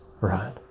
right